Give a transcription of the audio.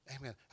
Amen